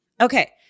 Okay